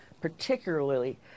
particularly